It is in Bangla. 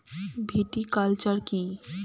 ভিটিকালচার কী?